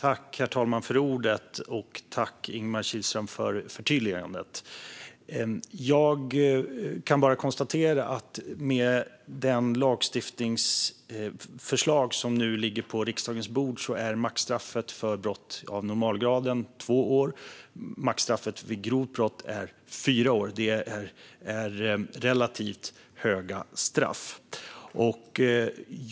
Herr talman! Tack, Ingemar Kihlström, för förtydligandet! Jag kan bara konstatera att med det lagstiftningsförslag som nu ligger på riksdagens bord är maxstraffet för brott av normalgraden två år och maxstraffet för grovt brott fyra år. Det är relativt höga straff.